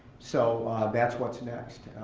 so that's what's next.